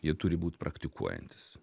jie turi būt praktikuojantys